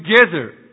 together